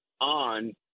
on